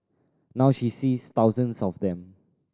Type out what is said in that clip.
now she sees thousands of them